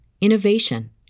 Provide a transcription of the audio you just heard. innovation